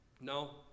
No